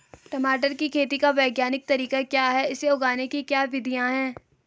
टमाटर की खेती का वैज्ञानिक तरीका क्या है इसे उगाने की क्या विधियाँ हैं?